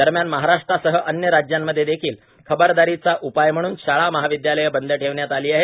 दरम्यान महाराष्ट्रासह अन्य राज्यांमध्ये देखील खबरदारीचा उपाय म्हणुन शाळा महाविदयालय बंद ठेवण्यात आली आहेत